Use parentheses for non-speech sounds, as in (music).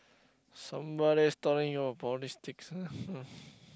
somebody studying your politics (noise)